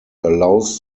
allows